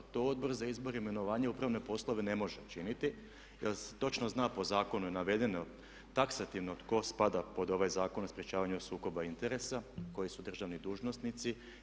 To Odbor za izbor, imenovanja i upravne poslove ne može činiti jer se točno zna, po zakonu je navedeno taksativno tko spada pod ovaj Zakon o sprječavanju sukoba interesa, koji su državni dužnosnici.